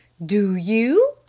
do you?